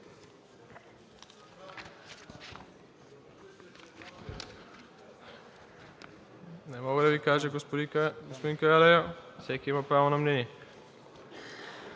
Не мога да Ви кажа, господин Карадайъ – всеки има право на мнение.